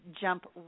jump